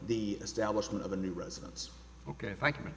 the establishment of a new residence ok if i c